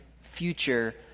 future